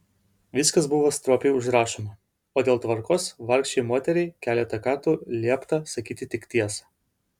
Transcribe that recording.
viskas buvo stropiai užrašoma o dėl tvarkos vargšei moteriai keletą kartų liepta sakyti tik tiesą